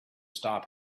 stop